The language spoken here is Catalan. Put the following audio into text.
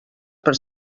per